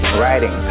writing